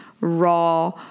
raw